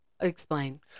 explain